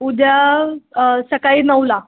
उद्या सकाळी नऊला